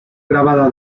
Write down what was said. grabada